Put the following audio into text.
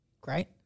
great